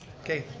okay,